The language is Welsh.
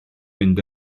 mynd